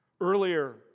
Earlier